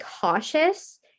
cautious